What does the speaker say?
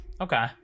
Okay